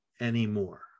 anymore